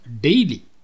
daily